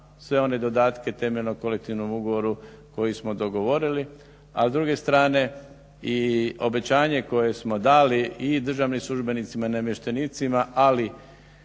Sve one dodatke temeljnom kolektivnom ugovoru koji smo dogovorili, a s druge strane i obećanje koje smo dali i državnim službenicima i namještenicima, ali